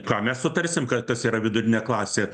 ką mes sutarsim kad kas yra vidurinė klasė